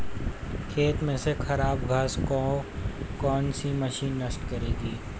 खेत में से खराब घास को कौन सी मशीन नष्ट करेगी?